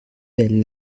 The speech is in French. belle